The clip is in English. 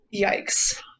Yikes